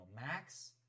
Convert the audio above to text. Max